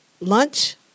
lunch